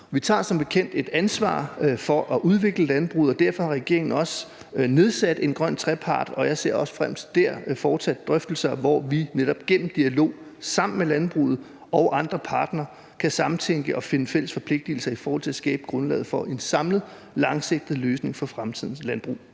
Vi tager som bekendt et ansvar for at udvikle landbruget, og derfor har regeringen også nedsat en grøn trepart, og jeg ser også frem til fortsatte drøftelser der, hvor vi netop gennem dialog sammen med landbruget og andre partnere kan samtænke og finde fælles forpligtelser i forhold til at skabe grundlaget for en samlet langsigtet løsning for fremtidens landbrug